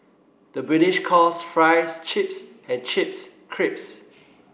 the British calls fries chips and chips crisps